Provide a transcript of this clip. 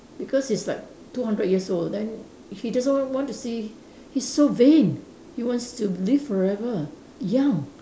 because it's like two hundred years old then he doesn't want want to see he's so vain he wants to live forever young